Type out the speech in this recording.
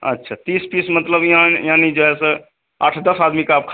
अच्छा तीस पीस मतलब यानी यानी जो है सो आठ दस आदमी का आप खा